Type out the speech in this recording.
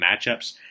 matchups